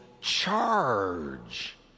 charge